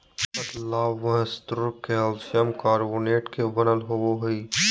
पतला बाह्यस्तर calcium carbonate के बनल होबो हइ